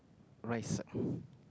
rice